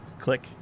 Click